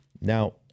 Now